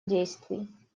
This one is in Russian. действий